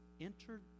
entered